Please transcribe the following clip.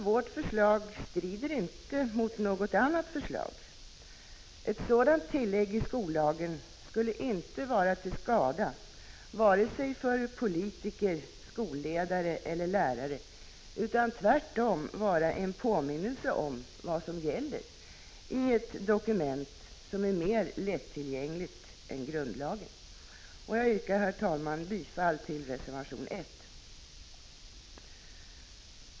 Vårt förslag strider inte mot något annat förslag. Ett sådant tillägg i skollagen skulle inte vara till skada för vare sig politiker, skolledare eller lärare, utan tvärtom vara en påminnelse om vad som gäller i ett dokument som är mer lättillgängligt än grundlagen. Jag yrkar, herr talman, bifall till reservation 1.